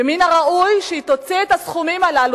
ומן הראוי שהיא תוציא את הסכומים הללו,